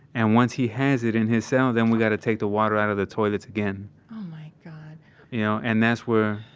and once he has it in his cell, then we've got to take the water out of the toilets again oh my god you know, and that's where,